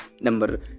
Number